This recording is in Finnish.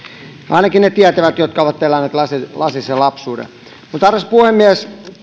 ainakin ne tietävät jotka ovat eläneet lasisen lapsuuden arvoisa puhemies